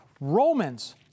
Romans